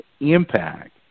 impact